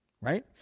right